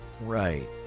Right